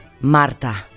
Marta